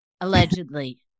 Allegedly